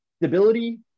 stability